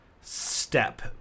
step